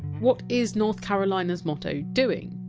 what is north carolina! s motto doing?